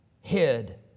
hid